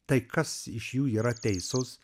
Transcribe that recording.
tai kas iš jų yra teisus